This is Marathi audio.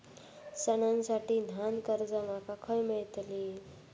सणांसाठी ल्हान कर्जा माका खय मेळतली?